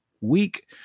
week